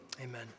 amen